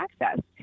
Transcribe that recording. access